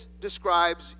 describes